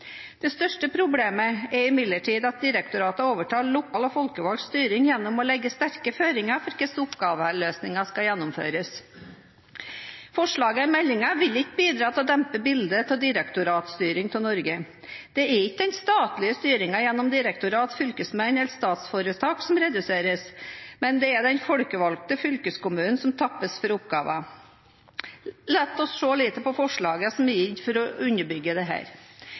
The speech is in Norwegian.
Det største problemet er imidlertid at direktoratene overtar lokal og folkevalgt styring gjennom å legge sterke føringer for hvordan oppgaveløsningen skal gjennomføres. Forslaget i meldingen vil ikke bidra til å dempe bildet av direktoratstyring av Norge. Det er ikke den statlige styringen gjennom direktorat, fylkesmenn eller statsforetak som reduseres, men det er den folkevalgte fylkeskommunen som tappes for oppgaver. La oss se litt på forslagene som er gitt for å underbygge